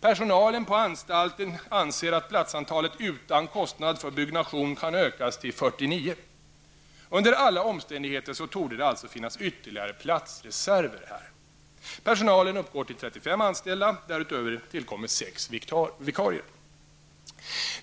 Personalen på anstalten anser att platsantalet utan kostnad för byggnation kan ökas till 49. Under alla omständigheter torde det alltså finnas ytterligare platsreserver här. Personalen uppgår till 35 anställda. Därutöver tillkommer sex vikarier.